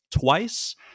twice